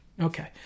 Okay